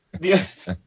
Yes